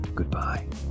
Goodbye